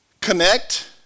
Connect